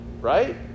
right